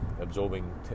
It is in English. absorbing